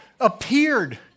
Appeared